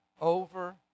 over